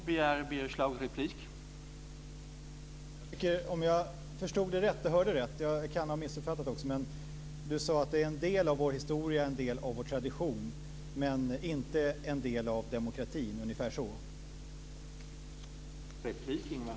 Herr talman! Om förstod det rätt och hörde rätt - jag kan ha missuppfattat det - sade Ingvar Svensson ungefär att det är en del av vår historia, en del av vår tradition, men att det inte var en del av demokratin.